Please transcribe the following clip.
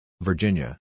Virginia